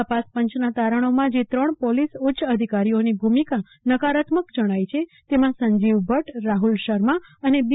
તપાસપંચના તારણોમાં જે ત્રણ પોલીસ ઉચ્ચ અધિકારીઓની ભૂમિકા નકારાત્મક જણાઈ છે તેમાં સંજીવ ભટ્ટ રાહુલ શર્મા અને બી